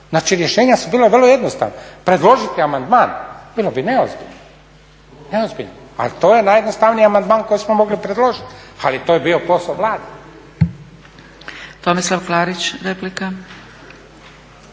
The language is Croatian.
Znači rješenja su bila vrlo jednostavna, predložiti amandman bilo bi neozbiljno, neozbiljno. Ali to je najjednostavniji amandman koji smo mogli predložiti. Ali to je bio posao Vlade. **Zgrebec, Dragica